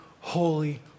holy